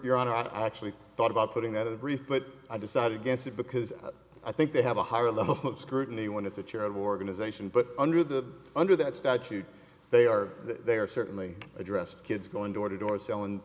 your honor i actually thought about putting out a brief but i decided against it because i think they have a higher level of scrutiny when it's a charitable organization but under the under that statute they are they are certainly addressed kids going door to door selling